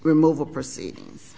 removal proceedings